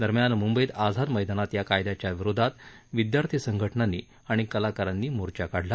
दरम्यान म्ंबईत आझाद मैदानात या कायद्याच्या विरोधात विद्यार्थी संघटनांनी आणि कलाकारांनी मोर्चा काढला